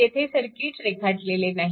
येथे सर्किट रेखाटलेले नाही